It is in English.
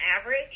average